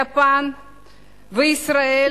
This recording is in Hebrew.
יפן וישראל